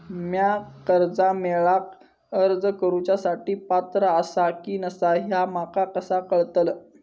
म्या कर्जा मेळाक अर्ज करुच्या साठी पात्र आसा की नसा ह्या माका कसा कळतल?